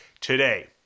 today